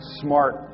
smart